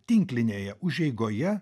tinklinėje užeigoje